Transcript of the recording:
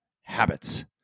habits